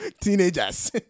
Teenagers